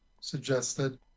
suggested